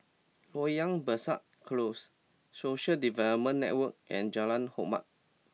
Loyang Besar Close Social Development Network and Jalan Hormat